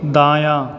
दायाँ